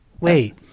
Wait